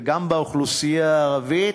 וגם באוכלוסייה הערבית,